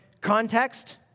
context